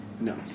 No